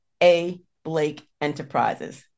ablakeenterprises